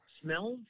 Smells